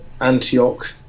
Antioch